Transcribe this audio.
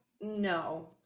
no